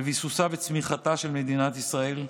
לביסוסה וצמיחתה של מדינת ישראל,